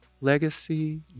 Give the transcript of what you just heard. legacy